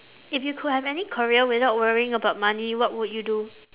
if you could have any career without worrying about money what would you do